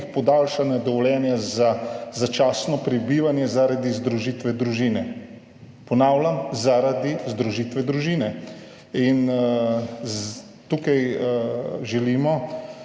podaljšanja dovoljenja za začasno prebivanje zaradi združitve družine, ponavljam, zaradi združitve družine, in tukaj želimo